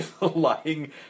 lying